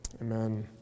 Amen